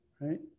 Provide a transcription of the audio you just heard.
Right